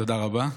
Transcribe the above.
אבל זה לא אתה.